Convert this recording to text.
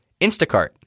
Instacart